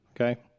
Okay